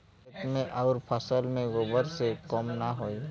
खेत मे अउर फसल मे गोबर से कम ना होई?